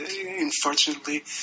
Unfortunately